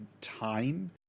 time